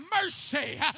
mercy